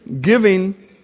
giving